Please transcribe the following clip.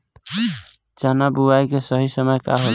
चना बुआई के सही समय का होला?